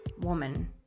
woman